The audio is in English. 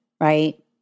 right